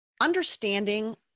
understanding